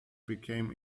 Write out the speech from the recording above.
became